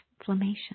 inflammation